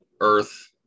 Earth